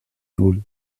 null